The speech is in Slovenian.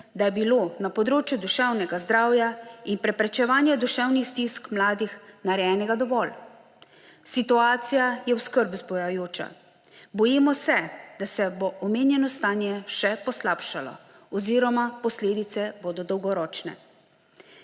da je bilo na področju duševnega zdravja in preprečevanja duševnih stisk mladih narejenega dovolj. Situacija je skrb vzbujajoča. Bojimo se, da se bo omenjeno stanje še poslabšalo oziroma posledice bodo dolgoročne.